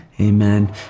Amen